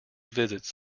visits